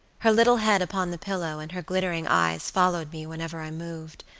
her little head upon the pillow, and her glittering eyes followed me wherever i moved,